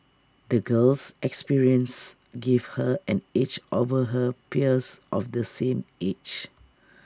the girl's experiences gave her an edge over her peers of the same age